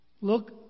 look